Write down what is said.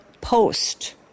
Post